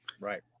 Right